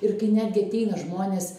ir kai netgi ateina žmonės